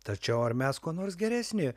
tačiau ar mes kuo nors geresni